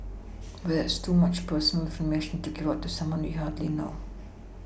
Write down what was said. but that's too much personal information to give out to someone we hardly know